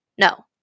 No